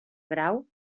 grau